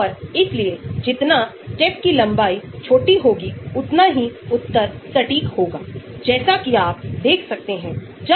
हम log p पर और अधिक विस्तार से देखेंगे क्योंकि यह एक बहुत महत्वपूर्ण भूमिका निभाता है क्योंकि अवशोषण log p के माध्यम पर निर्भर करता हैजैसा हमने लंबे समय पहले देखा था